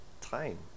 time